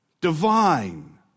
divine